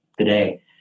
today